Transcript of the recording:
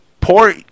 poor